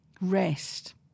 rest